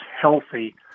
healthy